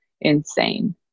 insane